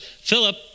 Philip